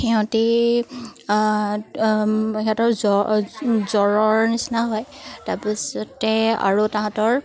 সিহঁতি সিহঁতৰ জ্বৰ জ্বৰৰ নিচিনা হয় তাৰ পিছতে আৰু তাহাঁতৰ